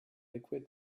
liquid